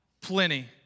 plenty